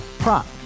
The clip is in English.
Prop